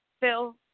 Phil